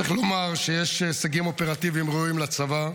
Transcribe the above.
צריך לומר שיש הישגים אופרטיביים ראויים לצבא,